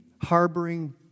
harboring